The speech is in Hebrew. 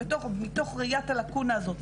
ומתוך ראיית הלקונה הזאת,